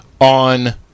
on